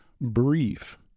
brief